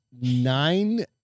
nine